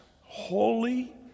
holy